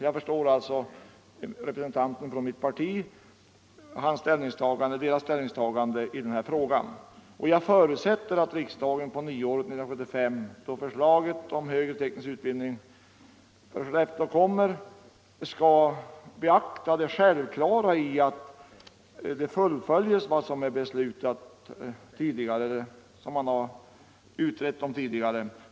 Jag förstår alltså det ställningstagande som utskottsrepresentanterna för mitt parti har gjort. Jag förutsätter också att riksdagen på nyåret 1975, då förslaget om högre teknisk utbildning läggs fram, beaktar det självklara i att vad som tidigare utretts och beslutats verkligen fullföljs.